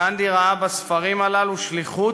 גנדי ראה בהוצאת ספרים הללו שליחות,